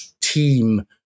team